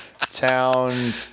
town